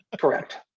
Correct